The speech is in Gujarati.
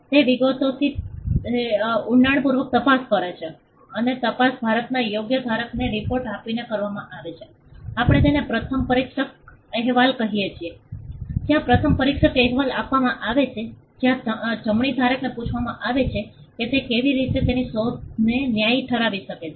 તે વિગતોની ડેપ્થ ની ઊંડાણપૂર્વક તપાસ કરે છે હવે તપાસ ભારતના યોગ્ય ધારકને રિપોર્ટ આપીને કરવામાં આવે છે આપણે તેને પ્રથમ પરીક્ષા અહેવાલ કહીએ છીએ જ્યાં પ્રથમ પરીક્ષા અહેવાલ આપવામાં આવે છે જ્યાં જમણી ધારકને પૂછવામાં આવે છે કે તે કેવી રીતે તેની શોધને ન્યાયી ઠેરવી શકે છે